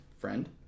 friend